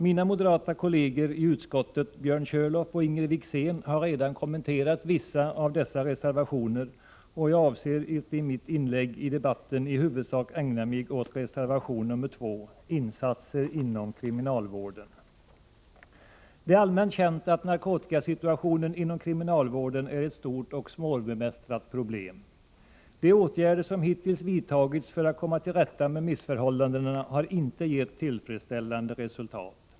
Mina moderata kolleger i utskottet, Björn Körlof och Inger Wickzén, har redan kommenterat vissa av reservationerna, och jag avser att i mitt inlägg i debatten i huvudsak ägna mig åt reservation nr 2, ”Insatser inom kriminalvården”. Det är allmänt känt att narkotikasituationen inom kriminalvården är ett stort och svårbemästrat problem. De åtgärder som hittills vidtagits för att komma till rätta med missförhållandena har inte givit tillfredsställande resultat.